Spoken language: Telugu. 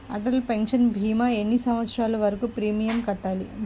అటల్ పెన్షన్ భీమా ఎన్ని సంవత్సరాలు వరకు ప్రీమియం కట్టాలి?